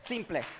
Simple